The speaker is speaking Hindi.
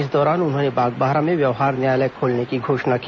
इस दौरान उन्होंने बागबाहरा में व्यवहार न्यायालय खोलने की घोषणा की